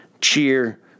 cheer